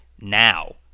now